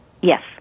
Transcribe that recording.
Yes